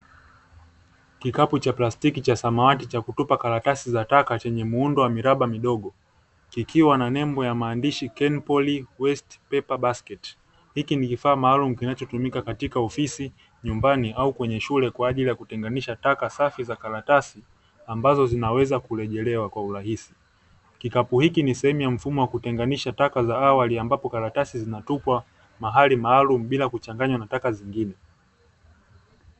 Kikapu cha plastiki cha samawati cha kutupa taka chenye muundo wa miraba midogo kikiwa na nembo ya maandishi, "kenipol waste paper basket'. Hiki ni kifaa maalumu kinachotumika hospitalini , nyumbani au shuleni kwaajili ya kutenganisha taka safi za karatasi ambazo zinaweza kurejekewa kwa urahisi . Kikapu hiki ni sehemu ya mfumo wa kutenganisha taka za awali ambapo karatasi zinatupwa mahali maalumu bila kuchanganywa na taka nyingine.